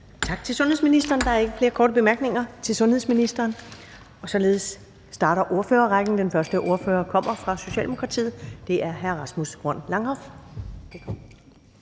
Tak til sundhedsministeren. Der er ikke flere korte bemærkninger til sundhedsministeren, og således starter ordførerrækken, og den første ordfører kommer fra Socialdemokratiet, og det er hr. Rasmus Horn Langhoff.